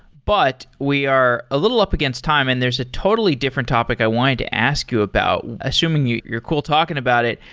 but we are a little up against time and there's a totally different topic i wanted to ask you about assuming you're cool talking about it.